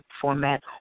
format